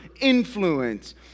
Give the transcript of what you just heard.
influence